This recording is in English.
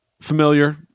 Familiar